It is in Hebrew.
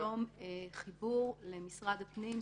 היום חיבור למשרד הפנים.